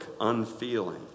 unfeeling